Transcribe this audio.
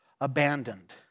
abandoned